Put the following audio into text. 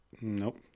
Nope